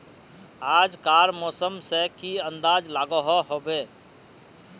आज कार मौसम से की अंदाज लागोहो होबे?